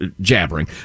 jabbering